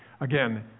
Again